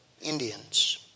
Indians